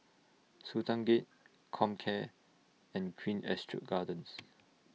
Sultan Gate Comcare and Queen Astrid Gardens